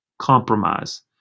compromise